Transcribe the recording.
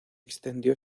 extendió